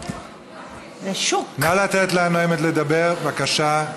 נא לתת לנואמת לדבר, בבקשה.